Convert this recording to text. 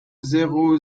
zéro